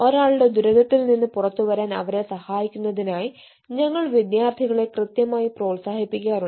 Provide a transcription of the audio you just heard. ഒരാളുടെ ദുരിതത്തിൽ നിന്ന് പുറത്തുവരാൻ അവരെ സഹായിക്കുന്നതിനായി ഞങ്ങൾ വിദ്യാർത്ഥികളെ കൃത്യമായി പ്രോത്സാഹിപ്പിക്കാറുണ്ട്